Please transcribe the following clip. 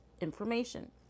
information